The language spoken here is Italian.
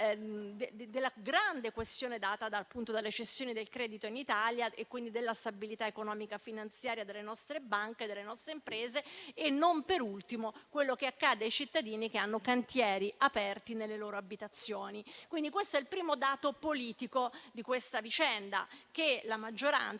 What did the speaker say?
della grande questione della cessione del credito in Italia e, quindi, della stabilità economica e finanziaria delle nostre banche e delle nostre imprese; non per ultimo, quello che accade ai cittadini che hanno cantieri aperti nelle loro abitazioni. Questo è il primo dato politico di questa vicenda: la maggioranza,